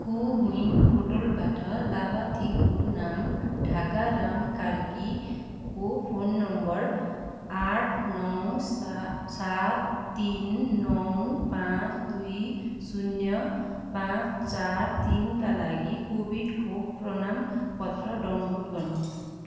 कोविन पोर्टलबाट लाभार्थीको नाम ढाका राम कार्कीको फोन नम्बर आठ नौ सा सात तिन नौ पाँच दुई शून्य पाँच चार तिनका लागि कोभिड खोप प्रणाम पत्र डाउनलोड गर्नु